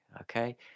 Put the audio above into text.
okay